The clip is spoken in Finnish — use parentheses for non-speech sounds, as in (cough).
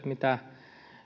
(unintelligible) mitä